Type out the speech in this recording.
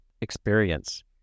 experience